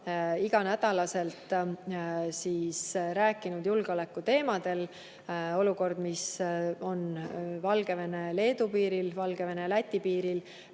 iga nädal rääkinud julgeolekuteemadel. Olukord, mis on Valgevene-Leedu piiril, Valgevene-Läti piiril